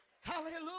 Hallelujah